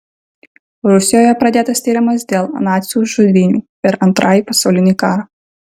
rusijoje pradėtas tyrimas dėl nacių žudynių per antrąjį pasaulinį karą